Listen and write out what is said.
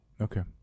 Okay